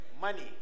money